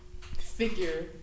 figure